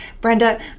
Brenda